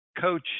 coach